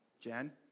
Jen